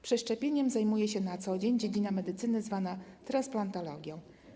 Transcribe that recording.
Przeszczepianiem zajmuje się na co dzień dziedzina medycyny zwana transplantologią.